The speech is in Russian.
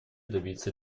добиться